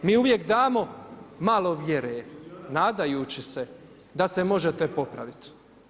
Mi uvijek damo malo vjere nadajući se da se možete popraviti.